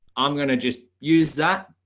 i'm going to just use that.